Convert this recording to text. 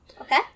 Okay